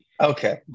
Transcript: Okay